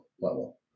level